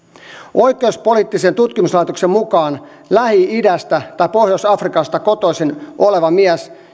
oikeuspoliittisen tutkimuslaitoksen mukaan lähi idästä tai pohjois afrikasta kotoisin oleva mies